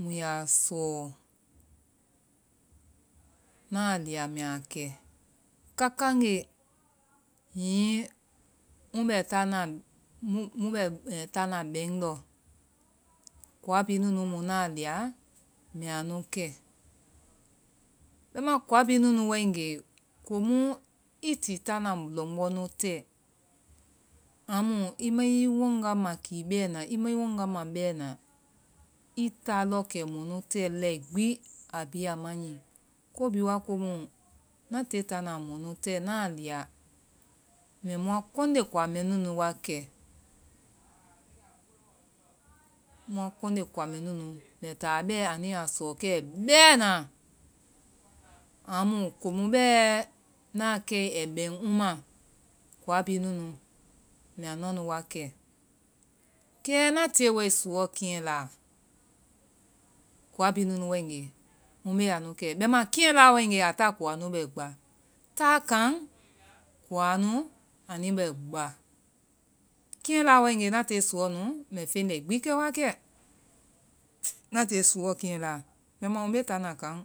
mu yaa sɔɔ, ŋna a liya mbɛ a kɛ. Kakagee hiŋi, hiŋi ŋ bɛ táana, bɛŋndɔ. kowa bhii nunu mu ŋna a liya, mbɛ anu kɛ, bɛimaa kowa bhii nunu waegee, komu i ti táana lɔŋgbɔ nu tɛɛ, amu i ma i waŋga makii bɛɛna, i ma i waŋga ma bɛna i táa lɔɔ kɛ mɔ nu tɛ lɛi gbi, a bhii a ma nyi. Ko bhii waa komu ŋna tiyee táana mɔ nu tɛɛ, ŋna a liya mbɛ mua kɔnde kowa mɛɛ nunu wa kɛ, muã kɔnde kowa mɛɛ nunu anu yaa sɔɔ kɛ bɛɛna. amu komu bɛɛ ŋna a kɛe ai bɛŋ ŋma. Kowa bhii nunu mbɛa nua nu wakɛ. kɛ ŋna tiyee wae suɔ keŋɛ laa, kowa bhii nunu waegee, ŋ bee a nu kɛ bɛimaã, keŋɛ laa waegee, a ta kowa nu bɛ gba, táa kaŋ kowa nu, anu bɛ gba, keŋɛ laa waegee, ŋna tie duɔɔ nu mbɛ feŋ lɛigbi kɛ wa kɛ. ŋna tie suɔɔ keŋɛ laa, bɛima mbe táana keŋ.